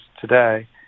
today